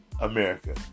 America